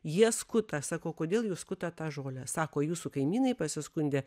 jie skuta sakau kodėl jūs skutat tą žolę sako jūsų kaimynai pasiskundė